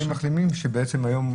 ילדים מחלימים שבעצם היום,